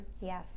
yes